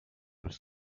was